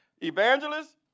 Evangelists